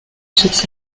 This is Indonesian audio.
sukses